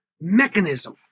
mechanism